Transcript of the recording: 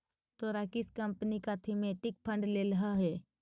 तोहरा किस कंपनी का थीमेटिक फंड लेलह हे